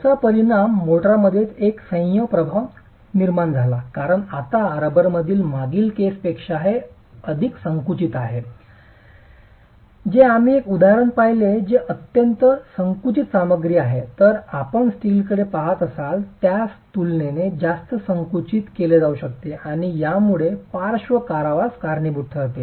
याचा परिणाम मोर्टारमध्येच एक संयम प्रभाव निर्माण झाला कारण आता रबरमधील मागील केस पेक्षा हे अधिक संकुचित आहे जे आम्ही एक उदाहरण पाहिले जे अत्यंत संकुचित सामग्री आहे तर आपण स्टीलकडे पहात आहात ज्यास तुलनेने जास्त संकुचित केले जाऊ शकते आणि यामुळे पार्श्व कारावास कारणीभूत ठरते